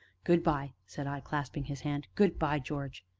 good-by! said i, clasping his hand good-by, george!